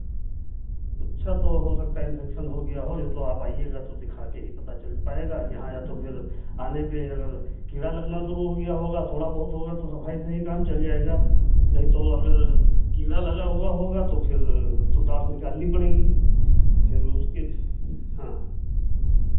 अच्छा तो हो सकता है इन्फेक्शन हो गया हो ये तो आप आइएगा तो दिखा के ही पता चल पाएगा यहाँ या तो फिर आने पे अगर कीड़ा लगना शुरू हो गया होगा थोड़ा बहुत होगा तो सफाई से ही काम चल जाएगा नहीं तो अगर कीड़ा लगा हुआ होगा तो फिर तो दाँत निकालनी पड़ेगी फिर उसके हाँ